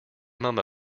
mum